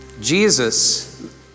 Jesus